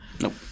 Nope